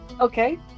Okay